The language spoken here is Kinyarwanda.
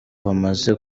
bamaze